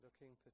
looking